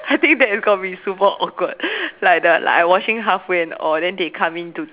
I think that is going to be super awkward like the like I washing halfway and or they come in to